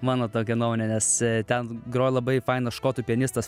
mano tokia nuomonė nes ten grojo labai fainas škotų pianistas